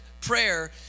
prayer